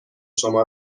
شما